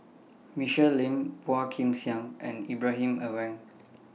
Michelle Lim Phua Kin Siang and Ibrahim Awang